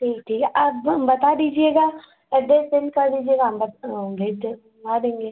ठीक ठीक आप हम बता दीजिएगा अड्रेस सेंड कर दीजिएगा हम बस भेज दें भिजवा देंगे